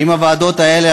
האם הוועדות האלה,